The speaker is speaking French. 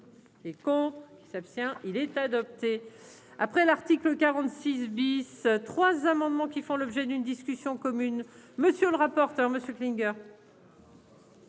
les comptes qui s'abstient, il est adopté. Après l'article 46 bis trois amendements qui font l'objet d'une discussion commune, monsieur le rapporteur monsieur Klinger.